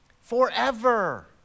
forever